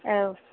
औ